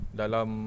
dalam